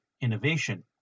innovation